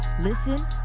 Listen